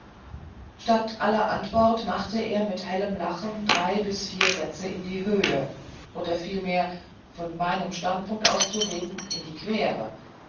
statt aller antwort machte er mit hellem lachen drei bis vier sätze in die höhe oder vielmehr von meinem standpunkt aus zu reden in die quere